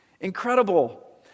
Incredible